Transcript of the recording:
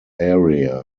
area